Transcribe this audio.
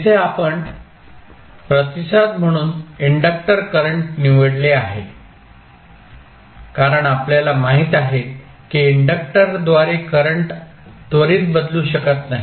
येथे आपण प्रतिसाद म्हणून इंडक्टर करंट निवडले आहे कारण आपल्याला माहित आहे की इंडक्टरद्वारे करंट त्वरित बदलू शकत नाही